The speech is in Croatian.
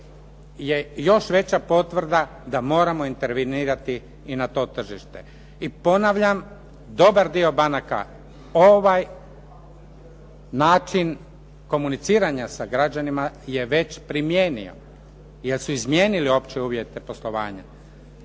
je još veća potvrda da moramo intervenirati i na to tržište. I ponavljam, dobar dio banaka ovaj način komuniciranja sa građanima je već primijenio jer su izmijenili opće uvjete poslovanja.